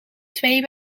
twee